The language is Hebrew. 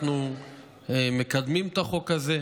אנחנו מקדמים את החוק הזה,